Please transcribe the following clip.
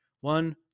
One